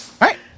right